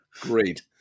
Great